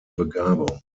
begabung